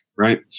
Right